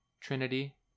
Trinity